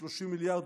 כ-30 מיליארד,